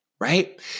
right